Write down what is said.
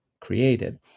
created